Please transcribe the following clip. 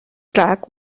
track